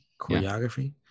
choreography